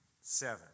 Seven